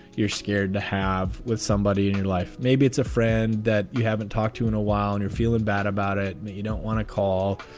you're scared to have with somebody in your life. maybe it's a friend that you haven't talked to in a while and you're feeling bad about it. you don't want to call.